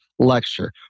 Lecture